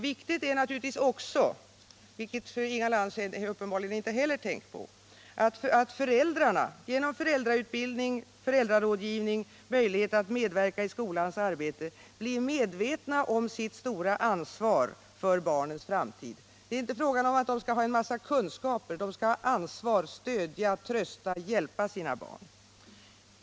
Viktigt är naturligtvis också, vilket Inga Lantz uppenbarligen inte heller tänkt på, att föräldrarna genom föräldrautbildning, föräldrarådgivning och möjlighet att medverka i skolans arbete blir medvetna om sitt stora ansvar för barnens framtid. Det är inte fråga om att de skall ha en massa kunskaper. De skall ha ansvar, och de skall stödja, trösta och hjälpa sina barn.